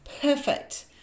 Perfect